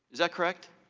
is that correct?